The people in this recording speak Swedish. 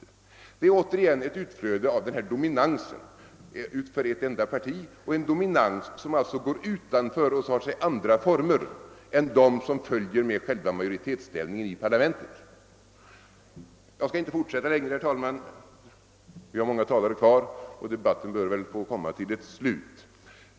Detta är återigen ett utflöde av dominansen genom ett enda parti, en dominans som går utanför och tar sig andra former än de som följer med själva majoritetsställningen i parlamentet. Herr talman! Jag skall inte fortsätta längre eftersom det är många talare kvar och debatten väl bör få komma till ett slut.